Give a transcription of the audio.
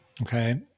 Okay